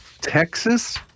Texas